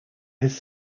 his